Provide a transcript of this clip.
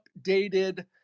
updated